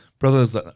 Brothers